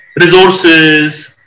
resources